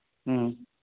ꯎꯝ